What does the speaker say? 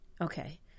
Okay